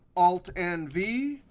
alt, n, v.